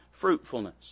fruitfulness